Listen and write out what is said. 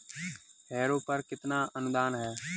Harrow पर कितना अनुदान है?